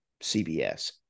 CBS